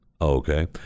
Okay